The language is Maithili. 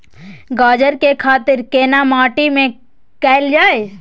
गाजर के खेती केना माटी में कैल जाए?